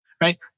right